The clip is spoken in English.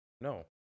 No